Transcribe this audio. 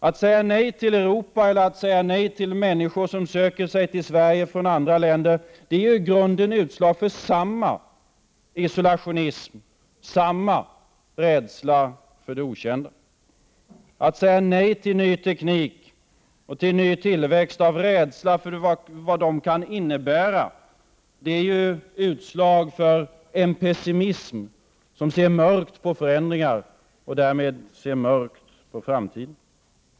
Att säga nej till Europa eller att säga nej till människor som söker sig till Sverige från andra länder är i grunden utslag för samma isolationism och samma rädsla för det okända. Att säga nej till ny teknik och till ny tillväxt av rädsla för vad de kan innebära är utslag för en pessimism som innebär att man ser mörkt på förändringar och därmed på framtiden.